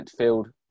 midfield